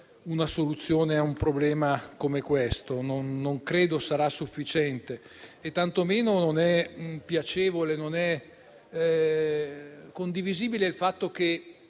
una soluzione a un problema come questo. Non credo sarà sufficiente e tantomeno non è piacevole né condivisibile addirittura